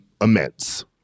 immense